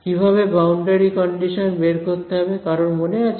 কিভাবে boundary condition বের করতে হবে কারোর মনে আছে